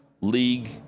league